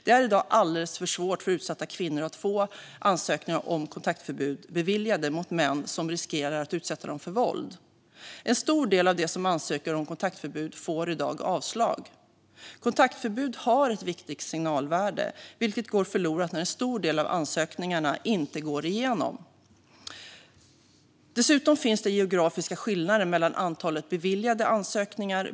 Det är i dag alldeles för svårt för utsatta kvinnor att få ansökningar om kontaktförbud beviljade mot män som riskerar att utsätta dem för våld. En stor del av dem som ansöker om kontaktförbud får i dag avslag. Kontaktförbud har ett viktigt signalvärde, vilket går förlorat när en stor del av ansökningarna inte går igenom. Dessutom finns det geografiska skillnader i antalet beviljade ansökningar.